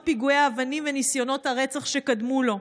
פיגועי אבנים וניסיונות הרצח שקדמו לו.